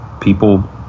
people